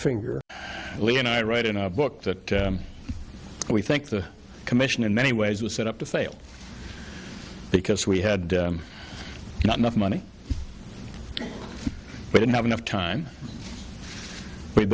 finger lickin i write in a book that we think the commission in many ways was set up to fail because we had not enough money but in have enough time we've